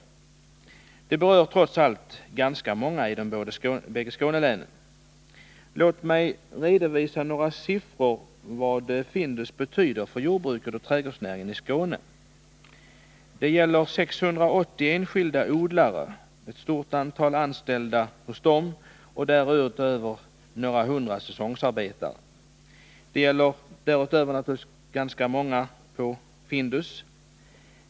Beslutet berör trots allt ganska många i de båda Skånelänen. Låt mig med några siffror redovisa vad Findus betyder för jordbruket och trädgårdsnäringen i Skåne. Det gäller 680 enskilda odlare, ett stort antal anställda hos dem och därutöver några hundra säsongsarbetare. Dessutom gäller det naturligtvis ganska många anställda hos Findus.